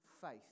faith